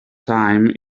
time